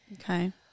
Okay